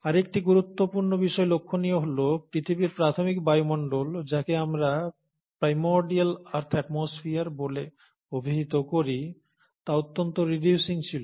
আরেকটি গুরুত্বপূর্ণ বিষয় লক্ষণীয় হল পৃথিবীর প্রাথমিক বায়ুমণ্ডল যাকে আমরা primordial earth atmosphere primordial earth's atmosphere বলে অভিহিত করি তা অত্যন্ত রিডিউসিং ছিল